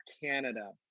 Canada